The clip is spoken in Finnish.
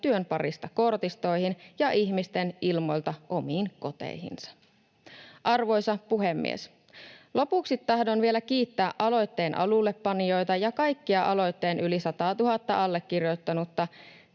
työn parista kortistoihin ja ihmisten ilmoilta omiin koteihinsa. Arvoisa puhemies! Lopuksi tahdon vielä kiittää aloitteen alullepanijoita ja kaikkia aloitteen yli 100 000:ta allekirjoittanutta.